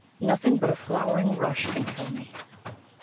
nothing but a flowering rush can kill me.